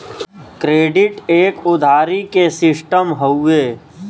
credit एक उधारी के सिस्टम हउवे